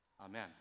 amen